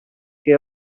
que